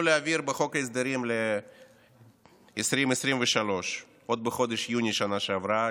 להעביר בחוק ההסדרים ל-2023 עוד בחודש יוני בשנה שעברה.